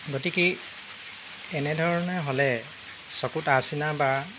গতিকে এনেধৰণে হ'লে চকুত আচিনা বা